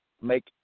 make